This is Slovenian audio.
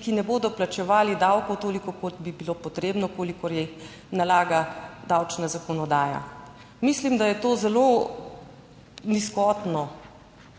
ki ne bodo plačevali davkov toliko, kot bi bilo potrebno, kolikor jih nalaga davčna zakonodaja. Mislim, da je to zelo nizkotno,